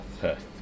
Perth